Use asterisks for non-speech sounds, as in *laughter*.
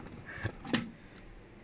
*noise*